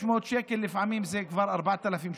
500 שקל לפעמים זה כבר 4,000 שקל,